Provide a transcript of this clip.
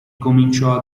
cominciò